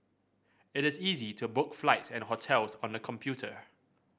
it is easy to book flights and hotels on the computer